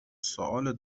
سوال